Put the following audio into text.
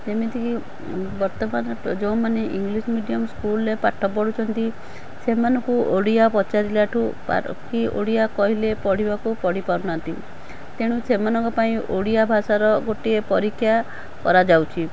ଯେମିତିକି ବର୍ତ୍ତମାନ ଯେଉଁମାନେ ଇଂଲିଶ୍ ମିଡ଼ିୟମ୍ ସ୍କୁଲ୍ରେ ପାଠ ପଢ଼ୁଛନ୍ତି ସେମାନଙ୍କୁ ଓଡ଼ିଆ ପଚାରିଲା ଠୁ ଓଡ଼ିଆ କହିଲେ ପଢ଼ିବାକୁ ପଢ଼ି ପାରୁନାହାଁନ୍ତି ତେଣୁ ସେମାନଙ୍କ ପାଇଁ ଓଡ଼ିଆ ଭାଷାର ଗୋଟେ ପରୀକ୍ଷା କରାଯାଉଛି